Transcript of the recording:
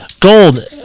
gold